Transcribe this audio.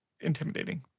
intimidating